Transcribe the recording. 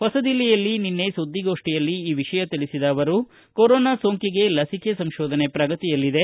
ಹೊಸದಿಲ್ಲಿಯಲ್ಲಿ ನಿನ್ನೆ ಸುದ್ದಿಗೋಷ್ಠಿಯಲ್ಲಿ ಈ ವಿಷಯ ತಿಳಿಸಿದ ಅವರು ಕೊರೊನಾ ಸೋಂಕಿಗೆ ಲಸಿಕೆ ಸಂಶೋಧನೆ ಪ್ರಗತಿಯಲ್ಲಿದೆ